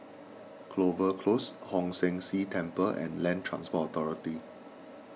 Clover Close Hong San See Temple and Land Transport Authority